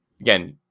Again